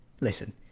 listen